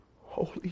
Holy